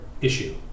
issue